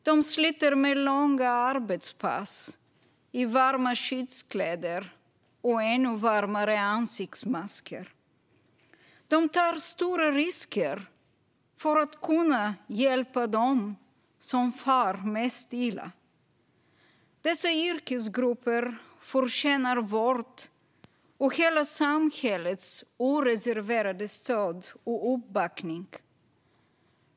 De sliter med långa arbetspass, i varma skyddskläder och ännu varmare ansiktsmasker. De tar stora risker för att kunna hjälpa dem som far mest illa. Dessa yrkesgrupper förtjänar vårt - och hela samhällets - oreserverade stöd och uppbackning.